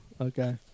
okay